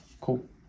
cool